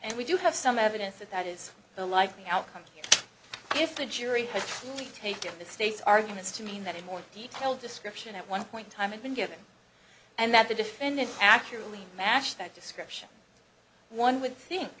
and we do have some evidence that that is the likely outcome if the jury had taken the state's arguments to mean that a more detailed description at one point time had been given and that the defendant accurately matched that description one would think